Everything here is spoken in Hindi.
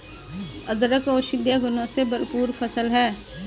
अदरक औषधीय गुणों से भरपूर फसल है